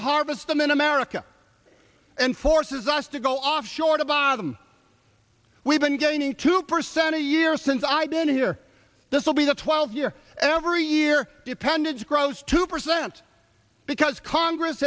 harvest them in america and forces us to go offshore to bottom we've been gaining two percent a year since i've been here this will be the twelve year every year dependence grows two percent because congress